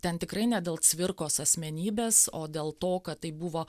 ten tikrai ne dėl cvirkos asmenybės o dėl to kad tai buvo